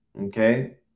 Okay